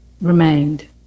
remained